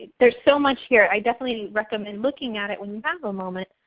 there's so much here, i definitely recommend looking at it when you have a moment,